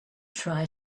try